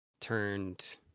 turned